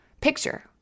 picture